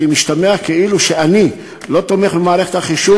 כי משתמע כאילו אני לא תומך במערכת המחשוב,